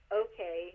okay